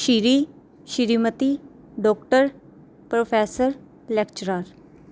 Shri Shrimati doctor professor lecturer